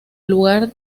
lugar